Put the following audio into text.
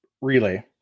relay